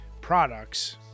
products